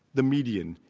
the median,